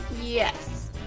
Yes